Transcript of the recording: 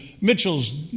Mitchells